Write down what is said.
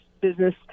business